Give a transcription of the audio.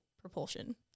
propulsion